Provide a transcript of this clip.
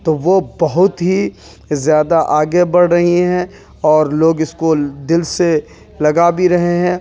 تو وہ بہت ہی زیادہ آگے بڑھ رہی ہیں اور لوگ اس کو دل سے لگا بھی رہے ہیں